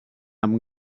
amb